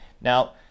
Now